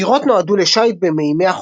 סירות נועדו לשיט במימי החופים,